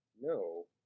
No